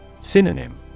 Synonym